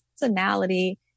personality